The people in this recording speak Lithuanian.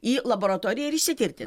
į laboratoriją ir išsitirti